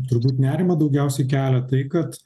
turbūt nerimą daugiausiai kelia tai kad